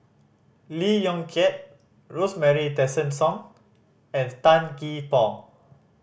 Lee Yong Kiat Rosemary Tessensohn and Tan Gee Paw